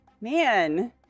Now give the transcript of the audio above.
Man